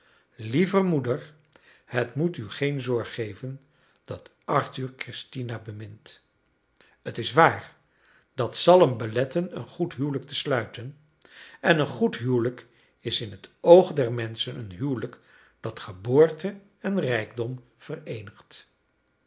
lieve moeder het moet u geen zorg geven dat arthur christina bemint t is waar dat zal hem beletten een goed huwelijk te sluiten en een goed huwelijk is in het oog der menschen een huwelijk dat geboorte en rijkdom vereenigt